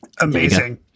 amazing